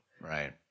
Right